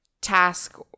task